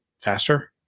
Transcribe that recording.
faster